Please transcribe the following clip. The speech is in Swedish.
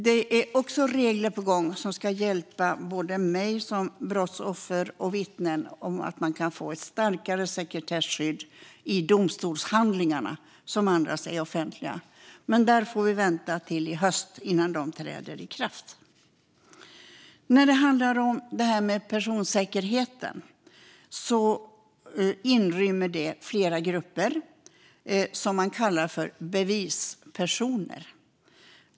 Det är också regler på gång som ska hjälpa både mig som brottsoffer och vittnen att få ett starkare sekretesskydd i domstolshandlingarna, som annars är offentliga. Men vi får vänta till i höst innan de reglerna träder i kraft. Det här med personsäkerheten inrymmer flera grupper, som kallas för bevispersoner.